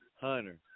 Hunter